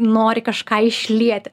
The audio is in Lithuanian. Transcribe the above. nori kažką išlieti